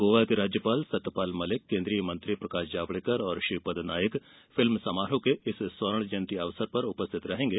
गोवा के राज्यपाल सत्यपाल मलिक केंद्रीय मंत्री प्रकाश जावड़ेकर और श्रीपद नाईक फिल्म समारोह के स्वर्ण जयंती अवसर पर उपस्थित रहेंगे